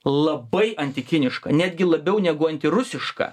labai antikiniška netgi labiau negu antirusiška